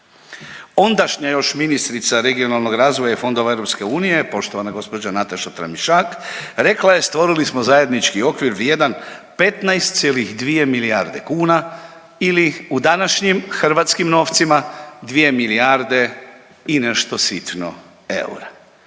Ondašnja još ministrica regionalnog razvoja i fondova EU, poštovana gđa Nataša Tramišak, rekla je, stvorili smo zajednički okvir vrijedan 15,2 milijarde kuna ili u današnjim hrvatskim novcima, 2 milijarde i nešto sitno eura.